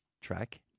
track